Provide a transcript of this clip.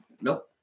Nope